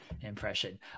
impression